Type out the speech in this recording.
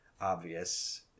obvious